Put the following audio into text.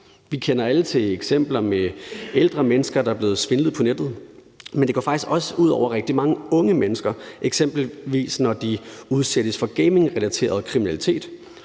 Vi kender alle til eksempler med ældre mennesker, der er blevet svindlet på nettet. Men det går faktisk også ud over rigtig mange unge mennesker, eksempelvis når de udsættes for gamingrelateret kriminalitet.